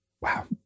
Wow